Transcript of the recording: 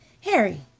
Harry